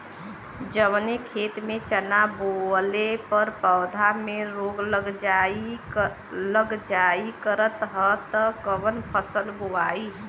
जवने खेत में चना बोअले पर पौधा में रोग लग जाईल करत ह त कवन फसल बोआई?